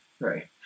Right